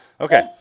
okay